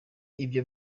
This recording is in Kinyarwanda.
ibyo